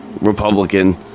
Republican